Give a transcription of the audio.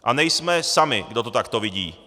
A nejsme sami, kdo to takto vidí.